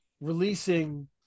releasing